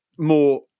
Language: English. more